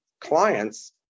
clients